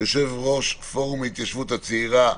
יושב ראש פורום ההתיישבות הצעירה,